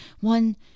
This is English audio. one